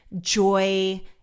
joy